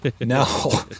No